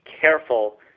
careful